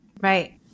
Right